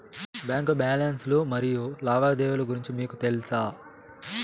Bank balance లు మరియు లావాదేవీలు గురించి మీకు తెల్సా?